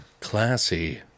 classy